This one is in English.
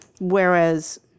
whereas